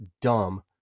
dumb